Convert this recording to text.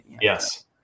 yes